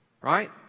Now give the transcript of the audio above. right